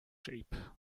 shape